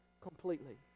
completely